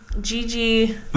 Gigi